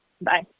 bye